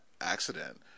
accident